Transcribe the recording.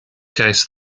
case